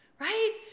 right